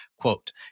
quote